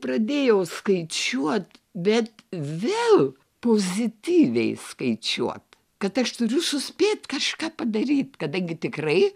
pradėjau skaičiuot bet vėl pozityviai skaičiuot kad aš turiu suspėt kažką padaryt kadangi tikrai